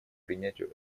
принятию